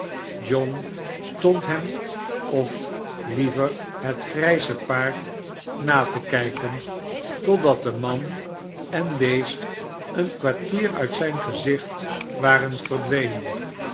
john stond hem of liever het grijze paard na te kijken totdat man en beest een kwartier uit zijn gezicht waren verdwenen